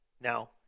Now